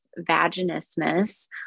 vaginismus